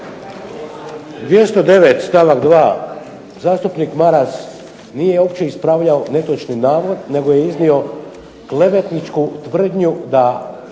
209., stavak 2., zastupnik Maras nije uopće ispravljao netočni navod, nego je iznio klevetničku tvrdnju da